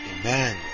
Amen